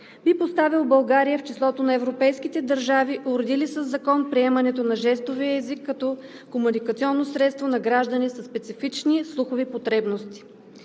би поставил България в числото на европейските държави, уредили със закон приемането на жестовия език като комуникационно средство на граждани със специфични слухови потребности;